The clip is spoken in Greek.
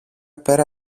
πέρα